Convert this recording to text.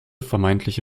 vermeintliche